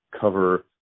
cover